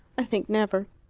i think never.